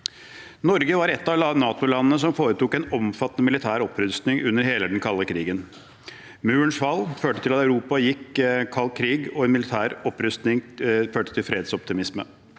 Norge var et av NATO-landene som foretok en omfattende militær opprustning under hele den kalde krigen. Murens fall førte Europa fra kald krig og militær opprustning til fredsoptimisme.